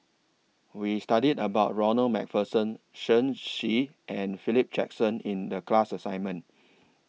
We studied about Ronald MacPherson Shen Xi and Philip Jackson in The class assignment